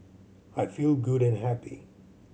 I feel good and happy